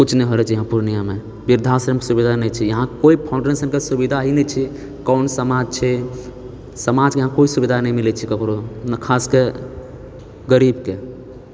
किछु नहि हो रहल छै यहाँ पूर्णियामे वृद्धाश्रम सुविधा नहि छै इहाँ कोइ फाउन्ड्रेशनके सुविधा ही नहि छै कोन समाज छै समाजके इहाँ कोइ सुविधा नहि मिलैत छै ककरो नहि खास कए गरीबके